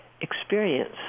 experience